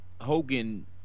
Hogan